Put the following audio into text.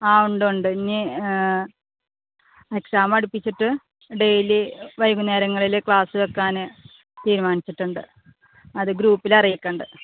ആ ഉണ്ട് ഉണ്ട് ഇനി എക്സാം അടുപ്പിച്ചിട്ട് ഡെയിലി വൈകുന്നേരങ്ങളിൽ ക്ലാസ് വയ്ക്കാൻ തീരുമാനിച്ചിട്ടുണ്ട് അത് ഗ്രൂപ്പിൽ അറിയിക്കുന്നുണ്ട്